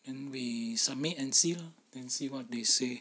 and we submit and see lah see what they say